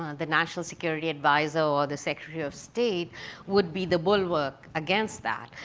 ah the national security advisor or the secretary of state would be the bulwark against that.